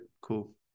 Cool